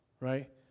Right